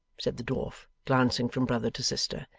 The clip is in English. said the dwarf, glancing from brother to sister.